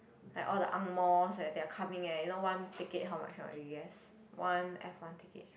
like all the Ang-Mohs eh they are coming eh you know one ticket how much not you guess one F one ticket